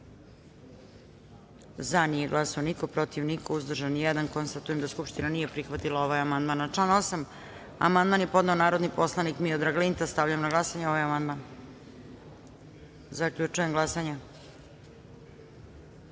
glasanje: za – niko, protiv – niko, uzdržan – jedan. Konstatujem da Skupština nije prihvatila ovaj amandman. Na član 8. amandman je podneo narodni poslanik Miodrag Linta. Stavljam na glasanje ovaj amandman. Zaključujem glasanje: